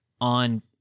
on